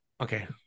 okay